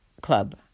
club